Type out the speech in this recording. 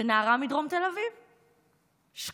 בנערה מדרום תל אביב, שקופה,